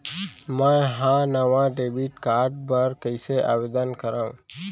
मै हा नवा डेबिट कार्ड बर कईसे आवेदन करव?